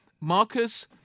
Marcus